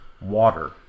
water